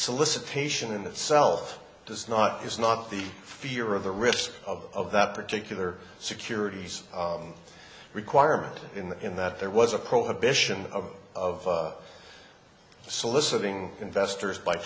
solicitation in itself does not is not the fear of the risk of that particular securities requirement in that there was a prohibition of soliciting investors by